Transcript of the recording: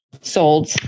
sold